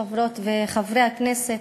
חברות וחברי הכנסת,